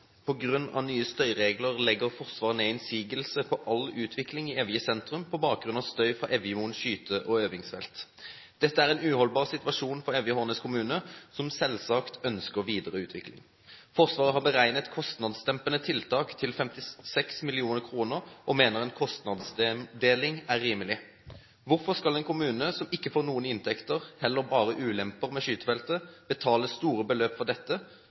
støy fra Evjemoen skyte- og øvingsfelt. Dette er en uholdbar situasjon for Evje og Hornnes kommune som selvsagt ønsker videre utvikling. Forsvaret har beregnet kostnadsdempende tiltak til 56 mill. kr og mener en kostnadsdeling er rimelig. Hvorfor skal en kommune som ikke får noen inntekter, heller bare ulemper med skytefeltet, betale store beløp for dette,